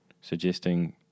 suggesting